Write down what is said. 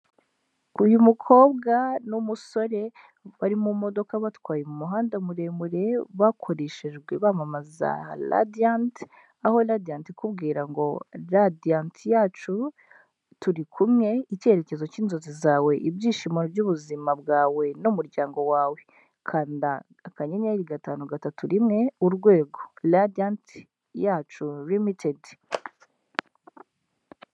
Uyu mukobwa n'umusore bari mu modoka batwaye muhanda muremure bakoreshejwe bamamaza Radiyanti, aho Radiyanti ikubwira ngo Radiyanti yacu turi kumwe, icyerekezo cy'inzozi zawe, ibyishimo by'ubuzima bwawe n'umuryango wawe, kanda akanyenyeri gatanu gatatu rimwe urwego Radiyanti yacu rimitedi.